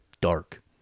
dark